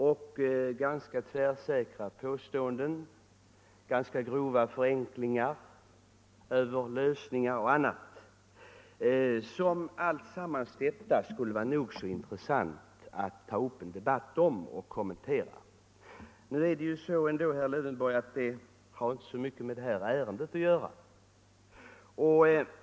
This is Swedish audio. Han har gjort tvärsäkra påståenden och ganska grova förenklingar när det gäller lösningarna av dessa problem. Allt detta skulle det vara intressant att debattera och kommentera. Men nu är det ändå så, herr Lövenborg, att detta inte har så mycket med det här ärendet att göra.